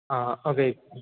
ஆ அதே